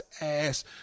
ass